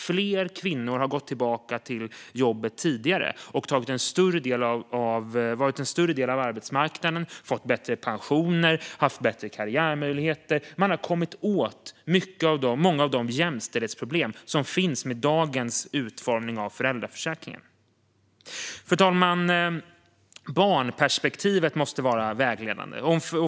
Fler kvinnor har gått tillbaka till jobbet tidigare och varit en större del av arbetsmarknaden, fått bättre pensioner och haft bättre karriärmöjligheter. Man har kommit åt många av de jämställdhetsproblem som finns med dagens utformning av föräldraförsäkringen. Fru talman! Barnperspektivet måste vara vägledande.